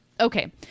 Okay